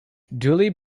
dooley